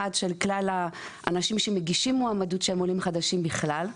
של כלל האנשים שמגישים מועמדות שהם עולים חדשים בכלל,